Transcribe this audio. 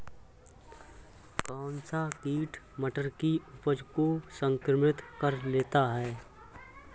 कौन सा कीट मटर की उपज को संक्रमित कर देता है?